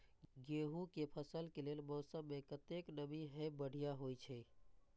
गेंहू के फसल के लेल मौसम में कतेक नमी हैब बढ़िया होए छै?